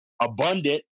abundant